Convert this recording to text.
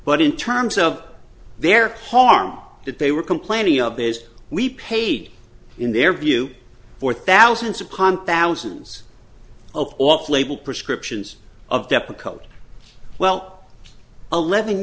but in terms of their harm that they were complaining of as we paid in their view for thousands upon thousands of off label prescriptions of depakote well eleven